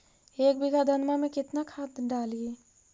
एक बीघा धन्मा में केतना खाद डालिए?